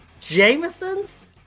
Jameson's